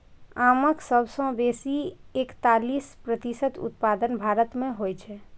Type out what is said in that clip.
आमक सबसं बेसी एकतालीस प्रतिशत उत्पादन भारत मे होइ छै